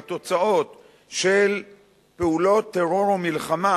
והתוצאות של פעולות טרור ומלחמה,